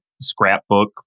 scrapbook